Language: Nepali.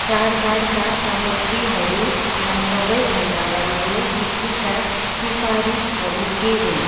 चाडबाडका सामग्रीहरूमा सबै भन्दा राम्रो बिक्रीका सिफारिसहरू के हुन्